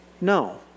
No